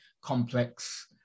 complex